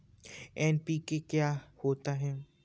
NPK क्या होता है?